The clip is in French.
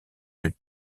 plus